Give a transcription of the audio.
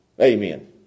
Amen